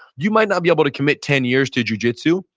you might not be able to commit ten years to jujitsu,